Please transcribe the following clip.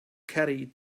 carried